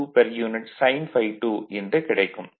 sin ∅2 என்று கிடைக்கும்